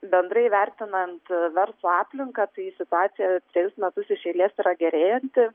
bendrai vertinant verslo aplinką tai situacija trejus metus iš eilės yra gerėjanti